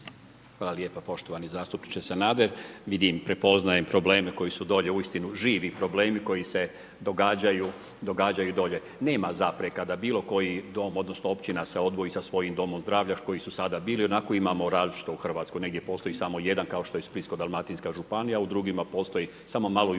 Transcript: Hvala lijepa poštovani zastupniče Sanader. Vidim, prepoznajem probleme koji su dole uistinu živi problemi koji se događaju dolje. Nema zapreka da bilo koji dom, odnosno općina se odvoji sa svojim domom zdravlja koji su sada bili, onako imamo različito u Hrvatskoj. Negdje postoji samo jedan kao što je Splitsko-dalmatinska županija, u drugima postoji samo malo